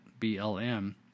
BLM